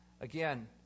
Again